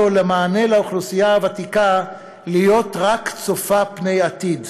אל לו למענה לאוכלוסייה הוותיקה להיות רק צופה פני עתיד.